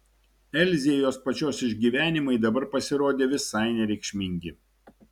elzei jos pačios išgyvenimai dabar pasirodė visai nereikšmingi